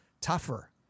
tougher